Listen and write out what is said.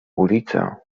ulicę